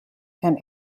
and